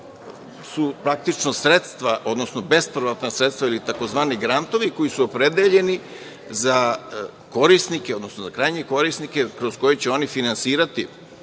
su praktično sredstva, odnosno bespovratna sredstva ili takozvani grantovi, koji su opredeljeni za korisnike, odnosno za krajnje korisnike, kroz koje će oni finansirati